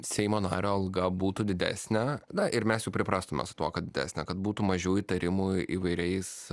seimo nario alga būtų didesnė na ir mes priprastumėme tuo kad didesnė kad būtų mažiau įtarimų įvairiais